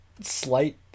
slight